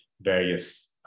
various